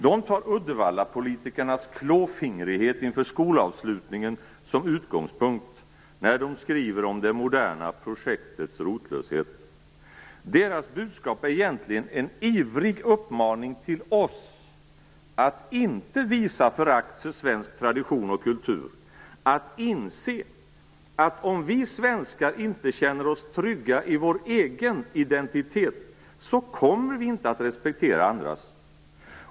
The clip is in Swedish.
De tar Uddevallapolitikernas klåfingrighet inför skolavslutningen som utgångspunkt, när de skriver om det moderna projektets rotlöshet. Deras budskap är egentligen en ivrig uppmaning till oss att inte visa förakt för svensk tradition och kultur, att inse att om vi svenskar inte känner oss trygga i vår egen identitet, så kommer vi inte att respektera andras.